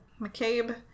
McCabe